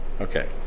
Okay